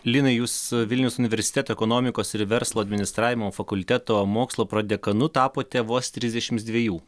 linai jūs vilniaus universiteto ekonomikos ir verslo administravimo fakulteto mokslo prodekanu tapote vos trisdešimts dvejų